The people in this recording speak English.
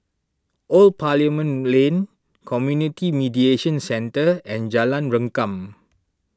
Old Parliament Lane Community Mediation Centre and Jalan Rengkam